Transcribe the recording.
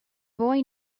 boy